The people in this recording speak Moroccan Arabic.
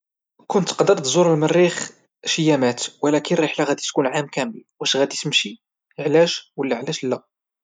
كون تقدر تزور المريخ شي ايامات ولكن الرحلة غتدي تكون لعام كامل واش غادي تمشي وعلاش، وعلاش لا؟